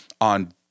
on